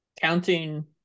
counting